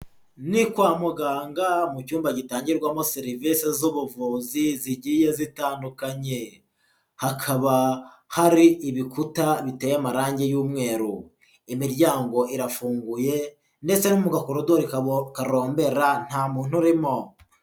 Ni kwa muganga mu cyumba gitangirwamo serivisi z'ubuvuzi zigiye zitandukanye, hakaba hari ibikuta biteye amarangi y'umweru, imiryango irafunguye ndetse no mu gakorodori karombela nta muntu urimo.